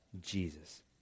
Jesus